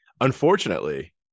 Unfortunately